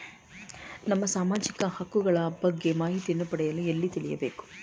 ನಮ್ಮ ಸಾಮಾಜಿಕ ಹಕ್ಕುಗಳ ಬಗ್ಗೆ ಮಾಹಿತಿಯನ್ನು ಪಡೆಯಲು ಎಲ್ಲಿ ತಿಳಿಯಬೇಕು?